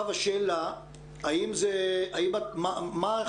השאלה מה החששות?